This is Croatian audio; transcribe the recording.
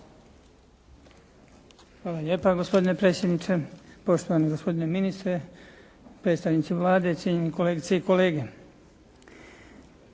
Hvala lijepa gospodine predsjedniče. Poštovani gospodine ministre, predstavnici Vlade, cijenjeni kolegice i kolege.